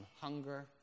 hunger